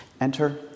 Enter